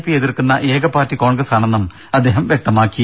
പിയെ എതിർക്കുന്ന ഏക പാർട്ടി കോൺഗ്രസാണെന്നും അദ്ദേഹം വ്യക്തമാക്കി